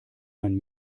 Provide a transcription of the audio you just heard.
mein